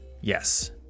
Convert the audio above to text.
yes